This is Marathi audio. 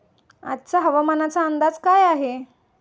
आजचा हवामानाचा अंदाज काय आहे?